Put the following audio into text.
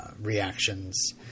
reactions